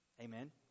Amen